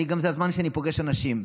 גם זה הזמן שאני פוגש אנשים.